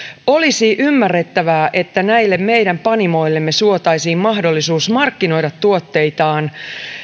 olisi ymmärrettävää että näille meidän panimoillemme suotaisiin mahdollisuus markkinoida tuotteitaan